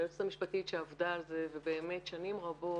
שהיועצת המשפטית שעבדה על זה ובאמת שנים רבות,